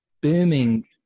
booming